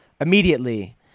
immediately